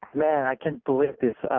man i can't believe this.